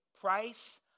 price